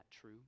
true